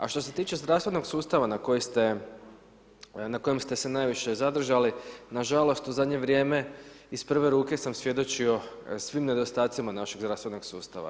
A što se tiče zdravstvenog sustava, na kojem ste se najviše zadržali, nažalost u zadnje vrijeme, iz prve ruke sam svjedočio svim nedostacima naše zdravstvenog sustava.